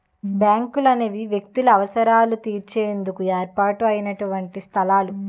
బ్యాంకులనేవి వ్యక్తుల అవసరాలు తీర్చేందుకు ఏర్పాటు అయినటువంటి సంస్థలు